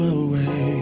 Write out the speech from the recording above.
away